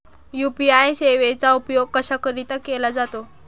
UPI सेवेचा उपयोग कशाकरीता केला जातो?